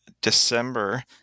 December